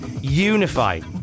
unified